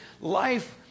life